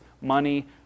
money